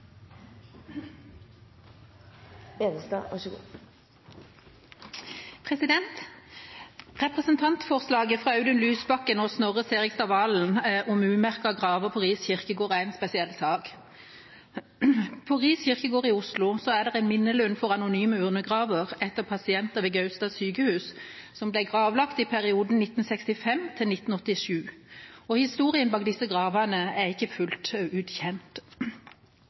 er ikkje så bra. Flere har ikke bedt om ordet til sakene nr. 12, 13 og 14. Representantforslaget fra Audun Lysbakken og Snorre Serigstad Valen om umerkede graver på Ris kirkegård er en spesiell sak. På Ris kirkegård i Oslo er det en minnelund for anonyme urnegraver etter pasienter ved Gaustad sykehus som ble gravlagt i perioden 1965–1987. Historien bak disse gravene er ikke fullt